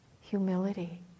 humility